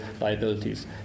liabilities